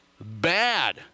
Bad